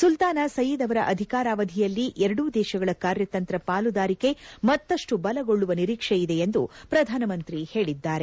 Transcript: ಸುಲ್ತಾನ Said ಅವರ ಅಧಿಕಾರಾವಧಿಯಲ್ಲಿ ಎರಡೂ ದೇಶಗಳ ಕಾರ್ಯತಂತ್ರ ಪಾಲುದಾರಿಕೆ ಮತ್ತಪ್ಪು ಬಲಗೊಳ್ಳುವ ನಿರೀಕ್ಷೆಯಿದೆ ಎಂದು ಪ್ರಧಾನಮಂತ್ರಿ ಹೇಳಿದ್ದಾರೆ